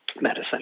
medicine